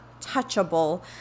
touchable